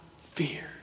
fear